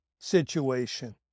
situation